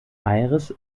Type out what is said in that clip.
aires